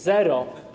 Zero.